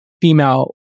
female